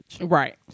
Right